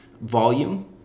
volume